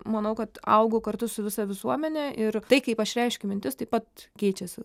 manau kad augau kartu su visa visuomene ir tai kaip aš reiškiu mintis taip pat keičiasi